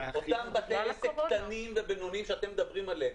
אותם בתי עסק קטנים ובינוניים שאתם מדברים עליהם.